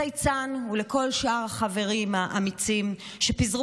את הצייצן ואת כל שאר החברים האמיצים שפיזרו